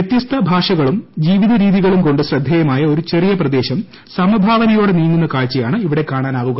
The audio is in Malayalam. വൃത്യസ്ത ഭാഷകളും ജീവിത രീതികളും കൊണ്ട് ശ്രദ്ധേയമായ ഒരു ചെറിയ പ്രദേശം സമഭാവനയോടെ നീങ്ങുന്ന കാഴ്ചയാണ് ഇവിടെ കാണാനാവുക